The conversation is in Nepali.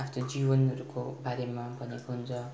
आफ्नो जीवनहरूको बारेमा भनेको हुन्छ